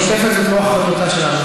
משותפת זו כבר לא החלטה שלנו.